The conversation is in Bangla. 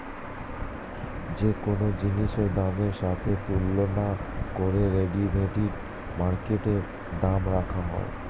যে কোন জিনিসের দামের সাথে তুলনা করে ডেরিভেটিভ মার্কেটে দাম রাখা হয়